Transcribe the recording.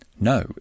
No